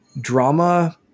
drama